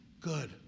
Good